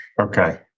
Okay